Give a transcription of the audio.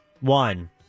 one